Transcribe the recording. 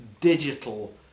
digital